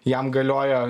jam galioja